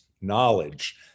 knowledge